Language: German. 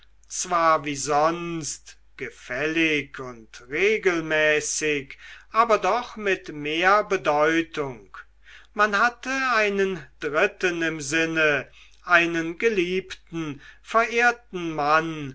zwar wie sonst gefällig und regelmäßig aber doch mit mehr bedeutung man hatte einen dritten im sinne einen geliebten verehrten mann